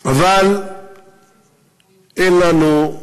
אבל אין לנו,